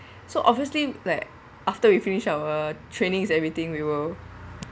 so obviously like after we finish our trainings everything we will